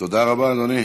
תודה רבה, אדוני.